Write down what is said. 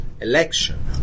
election